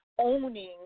owning